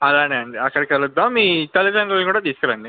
అలానే అండి అక్కడ కలుద్దాము మీ తల్లిదండ్రులని కూడా తీసుకురండి